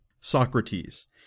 Socrates